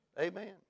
Amen